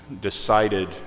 decided